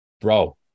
Bro